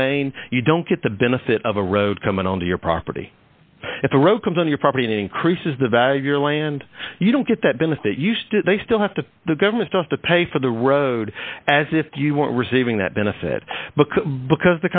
domain you don't get the benefit of a road coming onto your property if the road comes on your property increases the value of your land you don't get that benefit used they still have to the government just to pay for the road as if you want receiving that benefit but because